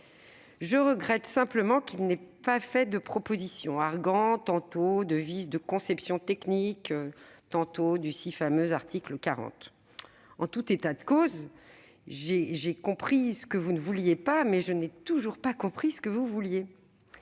Je regrette simplement qu'il n'ait pas fait de propositions, arguant tantôt de vices de conception technique, tantôt du si fameux article 40 de la Constitution. En tout état de cause, si j'ai compris ce que vous ne vouliez pas, monsieur le rapporteur, je n'ai toujours pas compris ce que vous vouliez